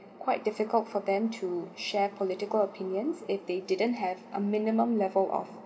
quite difficult for them to share political opinions if they didn't have a minimum level of